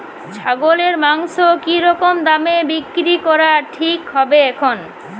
ছাগলের মাংস কী রকম দামে বিক্রি করা ঠিক হবে এখন?